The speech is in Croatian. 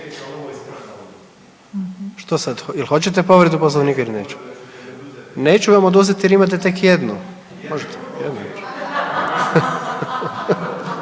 što sad jel hoćete povredu Poslovnika ili nećete? Neću vam oduzeti jer imate tek jednu. Samo